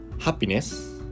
happiness